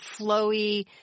flowy